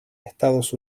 estados